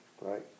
Right